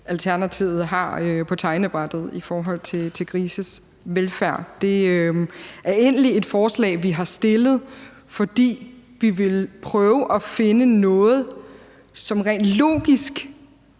Alternativet har på tegnebrættet i forhold til grises velfærd. Det er egentlig et forslag, vi har fremsat, fordi vi ville prøve at finde noget, som det rent logisk